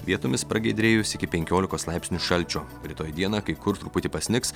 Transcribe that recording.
vietomis pragiedrėjus iki penkiolikos laipsnių šalčio rytoj dieną kai kur truputį pasnigs